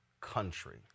country